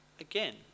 Again